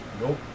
Nope